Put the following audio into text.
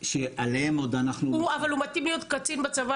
שעליהם עוד אנחנו -- אבל הוא מתאים להיות קצין בצבא,